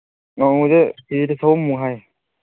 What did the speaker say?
ꯉꯥꯃꯨꯁꯦ ꯀꯦ ꯖꯤꯗ ꯆꯍꯨꯝꯃꯨꯛ ꯍꯥꯏ